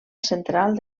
central